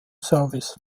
service